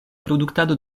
produktado